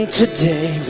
today